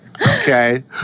Okay